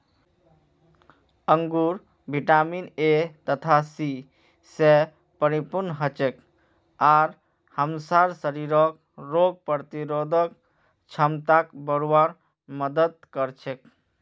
अंगूर vitamin A तथा C स परिपूर्ण हछेक आर हमसार शरीरक रोग प्रतिरोधक क्षमताक बढ़वार मदद कर छेक